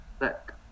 Look